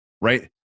right